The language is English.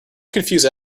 confuse